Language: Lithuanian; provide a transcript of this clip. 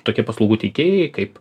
tokie paslaugų teikėjai kaip